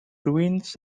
ruins